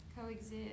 coexist